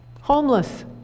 Homeless